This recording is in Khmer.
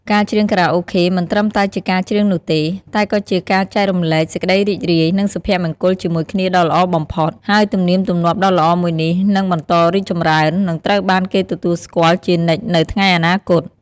ការច្រៀងខារ៉ាអូខេ មិនត្រឹមតែជាការច្រៀងនោះទេ តែក៏ជាការចែករំលែកសេចក្តីរីករាយ និងសុភមង្គលជាមួយគ្នាដ៏ល្អបំផុត ហើយទំនៀមទម្លាប់ដ៏ល្អមួយនេះនឹងបន្តរីកចម្រើន និងត្រូវបានគេទទួលស្គាល់ជានិច្ចនៅថ្ងៃអនាគត។